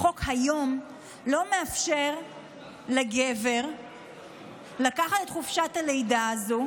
החוק היום לא מאפשר לגבר לקחת את חופשת הלידה הזו,